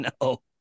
No